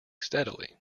steadily